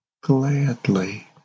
gladly